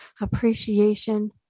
appreciation